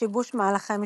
שיבוש מהלכי משפט.